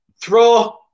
throw